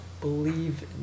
believe